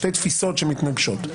שתי תפיסות שמתנגשות.